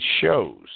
shows